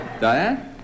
Diane